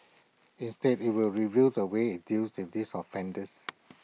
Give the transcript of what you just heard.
instead IT will review the way IT deals in these offenders